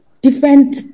Different